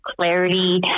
clarity